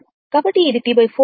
కాబట్టి ఇది T 4